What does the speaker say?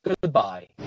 goodbye